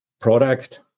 product